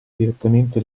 direttamente